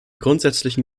grundsätzlichen